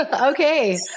Okay